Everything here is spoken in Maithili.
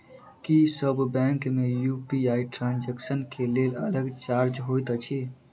की सब बैंक मे यु.पी.आई ट्रांसजेक्सन केँ लेल अलग चार्ज होइत अछि?